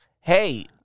Hey